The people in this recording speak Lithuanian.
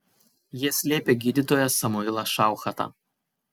jie slėpė gydytoją samuilą šauchatą